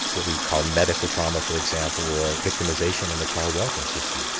what we call medical trauma for example, or victimisation in the child welfare system.